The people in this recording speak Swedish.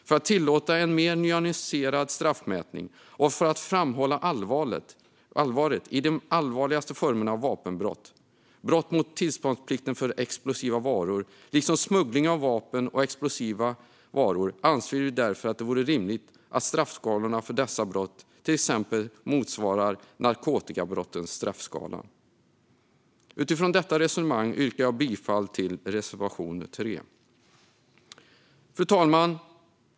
För att tillåta en mer nyanserad straffmätning och för att framhålla allvaret i de allvarligaste formerna av vapenbrott - brott mot tillståndsplikten för explosiva varor liksom smuggling av vapen och explosiva varor - anser vi därför att det vore rimligt att straffskalorna för dessa brott till exempel motsvarar narkotikabrottens straffskala. Utifrån detta resonemang yrkar jag bifall till reservation 3. Fru talman!